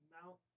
Mount